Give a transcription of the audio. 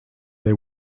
they